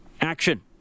action